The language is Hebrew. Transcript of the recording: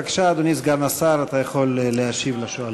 בבקשה, אדוני סגן השר, אתה יכול להשיב לשואלים.